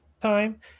time